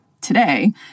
today